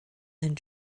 and